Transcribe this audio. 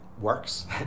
works